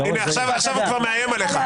הנה, עכשיו הוא כבר מאיים עליך,